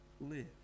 live